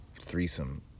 threesome